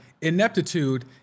ineptitude